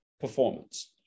performance